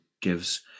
gives